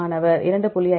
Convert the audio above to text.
மாணவர்2